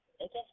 Okay